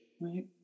Right